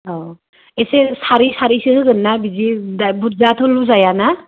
औ एसे सारै सारैसो होगोनना बिदि बुर्जाथ' लुजायाना